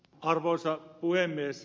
arvoisa puhemies